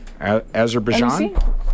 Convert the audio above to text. Azerbaijan